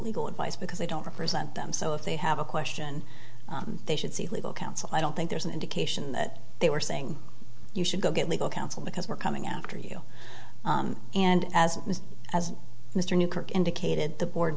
legal advice because they don't represent them so if they have a question they should seek legal counsel i don't think there's an indication that they were saying you should go get legal counsel because we're coming after you and as as mr newkirk indicated the board